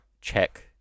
check